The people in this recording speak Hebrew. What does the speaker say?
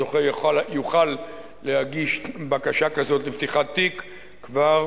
הזוכה יוכל להגיש בקשה כזאת לפתיחת תיק כבר